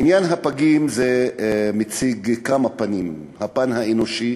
עניין הפגים מציג כמה פנים: הפן האנושי